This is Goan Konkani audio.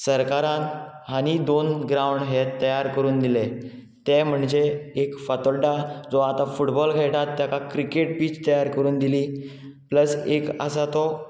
सरकारान हालीं दोन ग्रावंड हे तयार करून दिले ते म्हणजे एक फातोड्डा जो आतां फुटबॉल खेळटात तेका क्रिकेट पीच तयार करून दिली प्लस एक आसा तो